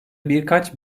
birkaç